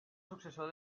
successor